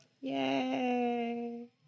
Yay